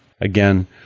Again